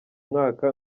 mwaka